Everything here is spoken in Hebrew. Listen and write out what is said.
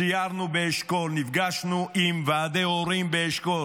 סיירנו באשכול, נפגשנו עם ועדי הורים באשכול